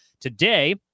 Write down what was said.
today